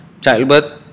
childbirth